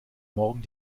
morgen